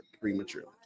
prematurely